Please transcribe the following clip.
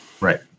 Right